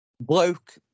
Bloke